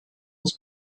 uns